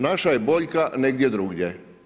Naša je boljka negdje drugdje.